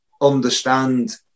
understand –